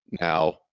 now